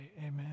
amen